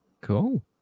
cool